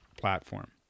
platform